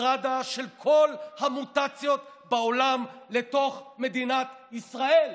אוטוסטרדה של כל המוטציות בעולם לתוך מדינת ישראל?